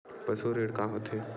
पशु ऋण का होथे?